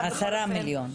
10 מיליון.